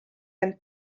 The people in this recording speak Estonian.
end